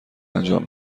انجام